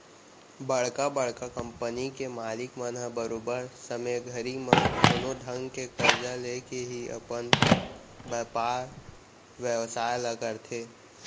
बड़का बड़का कंपनी के मालिक मन ह बरोबर समे घड़ी म कोनो ढंग के करजा लेके ही अपन बयपार बेवसाय ल करथे